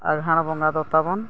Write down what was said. ᱟᱸᱜᱷᱟᱲ ᱵᱚᱸᱜᱟ ᱫᱚ ᱛᱟᱵᱚᱱ